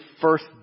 first